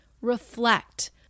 reflect